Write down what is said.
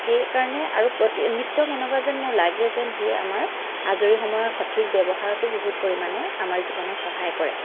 সেইকাৰণে আৰু প্ৰতি নৃত্যক এনেকুৱা যেন মোৰ লাগে যেন সি আমাৰ আজৰি সময়ৰ সঠিক ব্যৱহাৰতো বহুত পৰিমাণে আমাৰ জীৱনত সহায় কৰে